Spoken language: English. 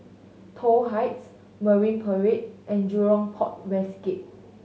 Toh Heights Marine Parade and Jurong Port West Gate